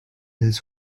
his